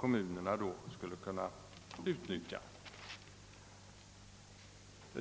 Kommunerna skulle då kunna utnyttja denna fond.